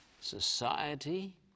society